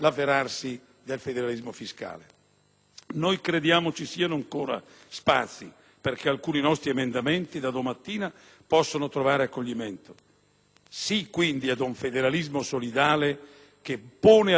Noi crediamo ci siano ancora spazi perché alcuni nostri emendamenti da domattina possano trovare accoglimento. Sì, quindi, ad un federalismo solidale che pone al centro il cittadino, la persona